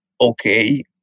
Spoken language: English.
okay